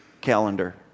calendar